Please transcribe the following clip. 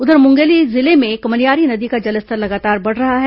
इधर मुंगेली जिले में मनियारी नदी का जलस्तर लगातार बढ़ रहा है